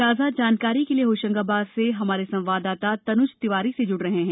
ताजा जानकारी के लिए होशंगाबाद से हमारे संवाददाता तनुज तिवारी जुड़ रहे हैं